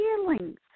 feelings